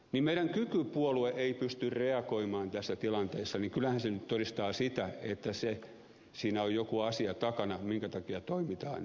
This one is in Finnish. kun meidän kykypuolueemme ei pysty reagoimaan tässä tilanteessa niin kyllähän se nyt todistaa sitä että siinä on joku asia takana minkä takia toimitaan näin